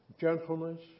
gentleness